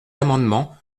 amendement